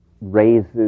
raises